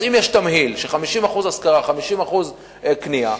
אז אם יש תמהיל של 50% השכרה ו-50% קנייה,